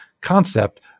concept